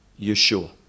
Yeshua